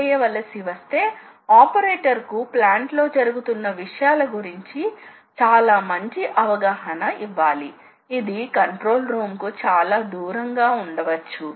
coordinate space లో పాయింట్లను ప్రారంభించండి మరియు ఎండ్ పాయింట్ ఆపై ఒక రకమైన ఇంటర్పోలేషన్ ను పేర్కొనండి దీనిని సర్కులర్ ఇంటర్పోలేషన్ అని చెప్పవచ్చు